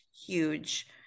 huge